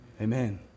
Amen